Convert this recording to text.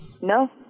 No